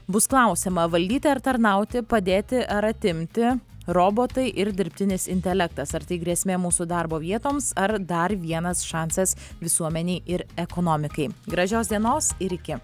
bus klausiama valdyti ar tarnauti padėti ar atimti robotai ir dirbtinis intelektas ar tai grėsmė mūsų darbo vietoms ar dar vienas šansas visuomenei ir ekonomikai gražios dienos ir iki